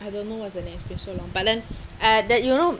I don't know what's the name special one but then eh that you know